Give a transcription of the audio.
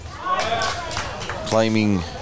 Claiming